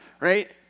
Right